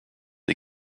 des